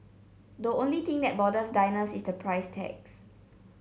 the only thing that bothers diners is the price tags